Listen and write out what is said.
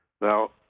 Now